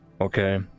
Okay